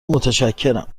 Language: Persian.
متشکرم